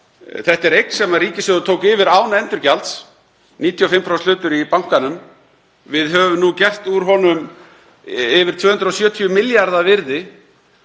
Þetta er eign sem ríkissjóður tók yfir án endurgjalds, 95% hlutur í bankanum. Við höfum nú gert úr honum yfir 270 milljarða virði